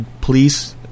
please